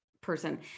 person